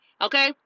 okay